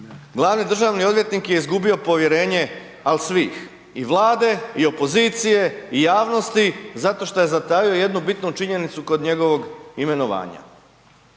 glavni državni odvjetnik je izgubio povjerenje, ali svih i Vlade i opozicije i javnosti zato što je zatajio jednu bitnu činjenicu kod njegovog imenovanja.